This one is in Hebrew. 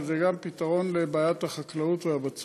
אבל זה גם פתרון לבעיית החקלאות והבצורת.